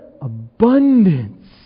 abundance